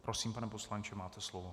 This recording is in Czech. Prosím, pane poslanče, máte slovo.